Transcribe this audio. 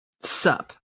Sup